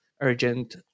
urgent